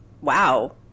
wow